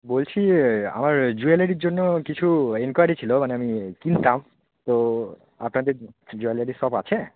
বলছি আমার জুয়েলারির জন্য কিছু এনকোয়্যারি ছিল মানে আমি কিনতাম তো আপনাদের জুয়েলারি শপ আছে